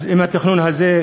אז אם התכנון הזה,